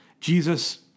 Jesus